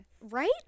right